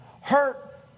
hurt